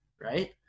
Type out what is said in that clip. right